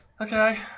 Okay